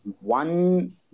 one